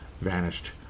vanished